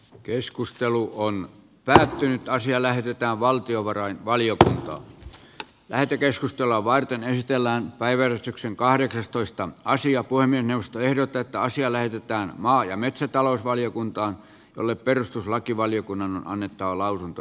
keskustelu on päättynyt ja asia lähetetään valtiovarainvaliokuntaan lähetekeskustelua varten kehitellään päivällistyksen kahdeksastoista asia kuin puhemiesneuvosto ehdottaa että asia lähetetään maa ja metsätalousvaliokuntaan jolle perustuslakivaliokunnan on annettava lausunto